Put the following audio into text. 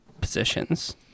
positions